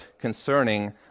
concerning